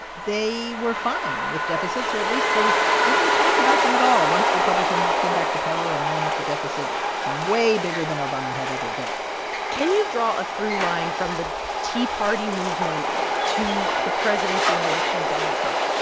they were fine with deficits, or at least they didn't talk about them at all once republicans came back to power and ran up the deficit way bigger than obama had ever done can you draw a throughline from the tea party movement to the presidency and election of donald trump?